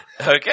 Okay